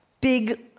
big